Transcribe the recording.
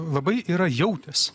labai yra jautęs